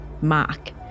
Mark